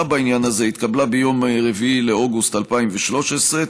בעניין הזה התקבלה ביום 4 באוגוסט 2013,